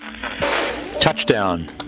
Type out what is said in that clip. Touchdown